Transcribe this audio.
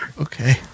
Okay